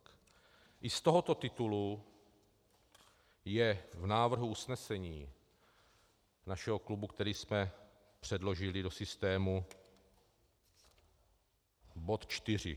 I z tohoto titulu je v návrhu usnesení našeho klubu, který jsme předložili do systému, bod 4.